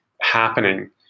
happening